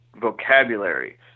vocabulary